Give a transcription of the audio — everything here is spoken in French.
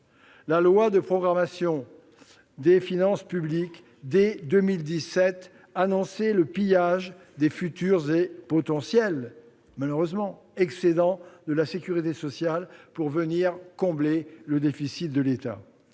La loi de programmation des finances publiques, dès 2017, annonçait le pillage des futurs et potentiels excédents de la sécurité sociale pour venir combler le déficit de l'État.